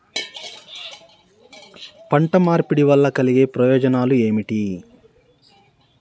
పంట మార్పిడి వల్ల కలిగే ప్రయోజనాలు ఏమిటి?